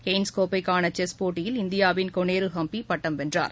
Cairns கோப்பைக்கான chess போட்டியில் இந்தியாவின் கோனேரு ஹம்பி பட்டம் வென்றார்